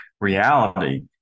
reality